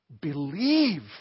Believe